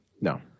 No